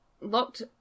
locked